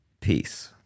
Peace